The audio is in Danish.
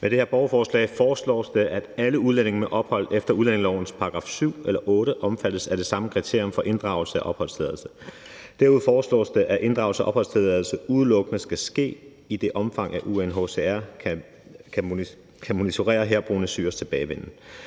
Med det her borgerforslag foreslås det, at alle udlændinge med ophold efter udlændingelovens § 7 eller § 8 omfattes af det samme kriterium for inddragelse af opholdstilladelsen. Derudover foreslås det, at inddragelse af opholdstilladelse udelukkende skal ske i det omfang, UNHCR kan monitorere herboende syreres tilbagevenden.